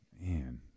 Man